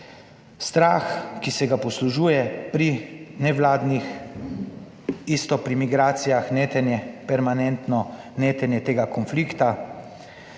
Strah, ki se ga poslužuje pri nevladnih, isto pri migracijah, netenje, permanentno netenje tega konflikta.